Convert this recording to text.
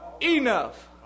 enough